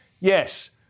yes